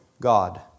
God